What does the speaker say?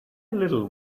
little